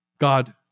God